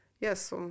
yes